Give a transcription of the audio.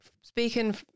speaking